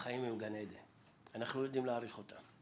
החיים הם גן עדן, אנחנו לא יודעים להעריך אותם,